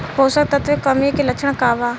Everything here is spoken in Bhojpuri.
पोषक तत्व के कमी के लक्षण का वा?